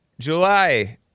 July